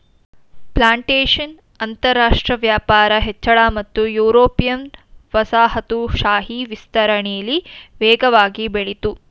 plantation ಅಂತರಾಷ್ಟ್ರ ವ್ಯಾಪಾರ ಹೆಚ್ಚಳ ಮತ್ತು ಯುರೋಪಿಯನ್ ವಸಾಹತುಶಾಹಿ ವಿಸ್ತರಣೆಲಿ ವೇಗವಾಗಿ ಬೆಳಿತು